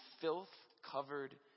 filth-covered